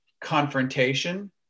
confrontation